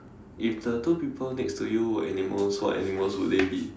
if the two people next to you were animals what animals would they be